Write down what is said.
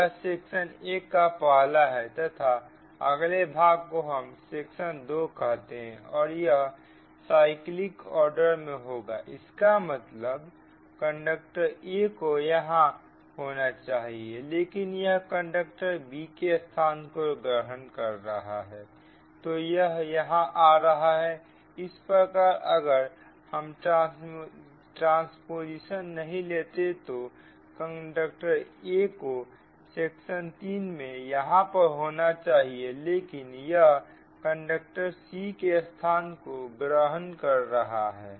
यह सेक्शन 1 का पहला है तथा अगले भाग को हम सेक्शन 2 कहते हैं और यह साइक्लिक ऑर्डर में होगा इसका मतलब कंडक्टर a को यहां होना चाहिए लेकिन यह कंडक्टर b के स्थान को ग्रहण कर रहा है तो यह यहां आ रहा है इसी प्रकार अगर हम ट्रांस्पोजिशन नहीं लेते तो कंडक्टर a को सेक्शन 3 मैं यहां पर होना चाहिए लेकिन यह कंडक्टर c के स्थान को ग्रहण कर रहा है